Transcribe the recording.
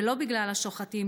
ולא בגלל השוחטים,